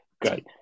Great